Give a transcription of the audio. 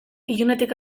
ilunetik